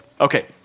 Okay